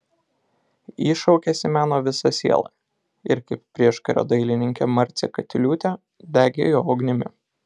ji šaukėsi meno visa siela ir kaip prieškario dailininkė marcė katiliūtė degė jo ugnimi